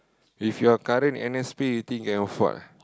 with your current N_S_P you think you can afford